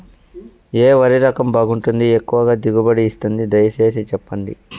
ఏ వరి రకం బాగుంటుంది, ఎక్కువగా దిగుబడి ఇస్తుంది దయసేసి చెప్పండి?